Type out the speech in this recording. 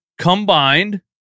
combined